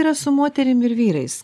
yra su moterim ir vyrais